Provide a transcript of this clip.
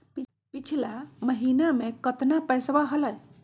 पिछला महीना मे कतना पैसवा हलय?